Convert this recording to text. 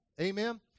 Amen